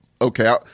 okay